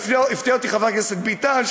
הפתיע אותי חבר הכנסת ביטן,